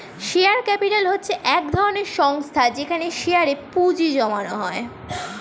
share capital হচ্ছে এক ধরনের সংস্থা যেখানে শেয়ারে এ পুঁজি জমানো হয়